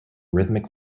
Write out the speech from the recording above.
rhythmic